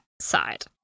side